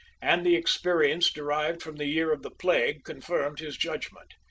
and the experience derived from the year of the plague confirmed his judgment.